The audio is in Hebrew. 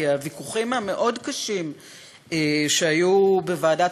כי הוויכוחים המאוד-קשים שהיו בוועדת